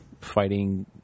fighting